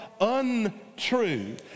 untrue